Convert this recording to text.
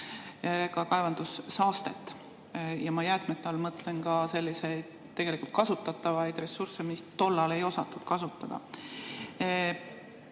ka kaevandussaastet. Jäätmete all ma mõtlen ka selliseid tegelikult kasutatavaid ressursse, mida tol ajal ei osatud kasutada.